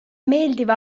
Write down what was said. meeldiva